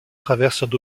traversent